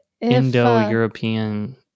Indo-European